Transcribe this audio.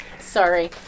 Sorry